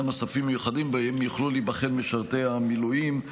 נוספים מיוחדים שבהם יוכלו להיבחן משרתי המילואים.